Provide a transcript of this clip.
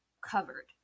covered